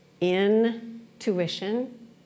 intuition